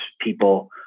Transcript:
people